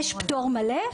יש פטור מלא.